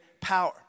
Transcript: power